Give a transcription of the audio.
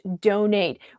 donate